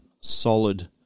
solid